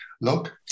look